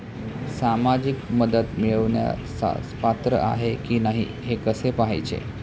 सामाजिक मदत मिळवण्यास पात्र आहे की नाही हे कसे पाहायचे?